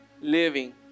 living